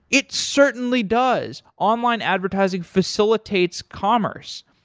it certainly does. online advertising facilitates commerce,